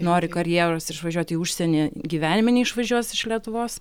nori karjeros išvažiuoti į užsienį gyvenime neišvažiuos iš lietuvos